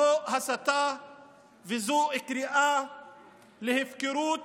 זו הסתה וזו קריאה להפקרות